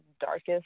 darkest